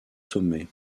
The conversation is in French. sommet